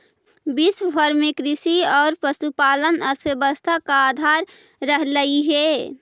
विश्व भर में कृषि और पशुपालन अर्थव्यवस्था का आधार रहलई हे